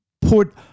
put